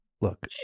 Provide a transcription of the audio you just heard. Look